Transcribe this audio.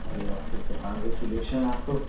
अरे वाह फिर तो कांग्रैचुलेशन आपको